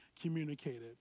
communicated